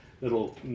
little